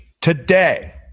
today